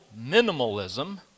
Minimalism